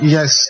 Yes